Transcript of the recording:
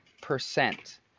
percent